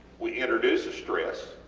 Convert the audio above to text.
we introduce stress,